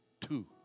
two